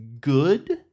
good